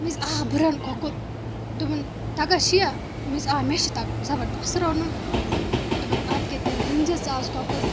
آ بہٕ رَنہٕ کۄکُر دوٚپُن تگان چھِ یا مےٚ آ مےٚ چھِ تگا زبردس رَنُن دوٚپُن اَدٕ کیٛاہ تیٚلہِ رٔنۍزِ ژٕ آز کۄکُر